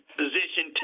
position